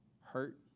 hurt